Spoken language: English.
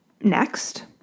Next